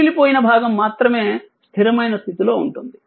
మిగిలిపోయిన భాగం మాత్రమే స్థిరమైన స్థితిలో ఉంటుంది